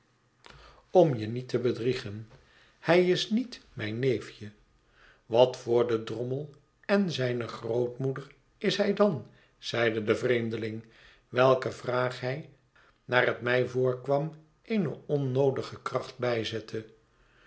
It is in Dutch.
om je niet te bedriegen hij is niet mijn neefje wat voor den drommel en zijne grootmoeder is hij dan zeide de vreemdeling welke vraag hij naar het mij voorkwam eene onnoodige kracht